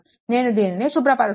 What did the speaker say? నేను దీనిని శుభ్రపరుస్తాను